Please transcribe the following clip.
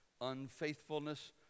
Unfaithfulness